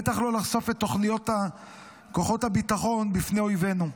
ובטח שלא לחשוף את תוכניות כוחות הביטחון בפני אויבינו.